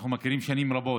אנחנו מכירים שנים רבות.